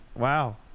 Wow